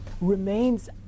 Remains